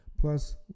Plus